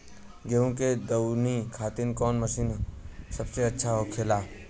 गेहु के दऊनी खातिर कौन मशीन सबसे अच्छा होखेला?